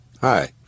Hi